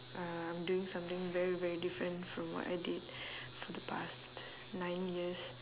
uh I'm doing something very very different from what I did for the past nine years